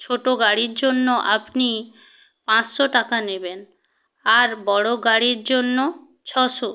ছোটো গাড়ির জন্য আপনি পাঁচশো টাকা নেবেন আর বড়ো গাড়ির জন্য ছশো